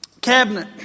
cabinet